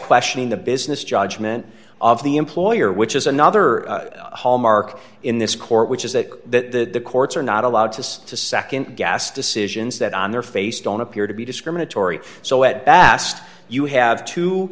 questioning the business judgment of the employer which is another hallmark in this court which is that the courts are not allowed to to nd gas decisions that on their face don't appear to be discriminatory so at bast you have two